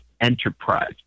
enterprise